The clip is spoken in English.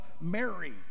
Mary